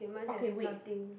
okay wait